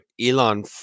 Elon